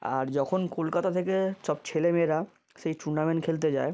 আর যখন কলকাতা থেকে সব ছেলে মেয়েরা সেই টুর্নামেন্ট খেলতে যায়